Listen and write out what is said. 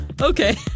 Okay